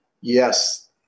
Yes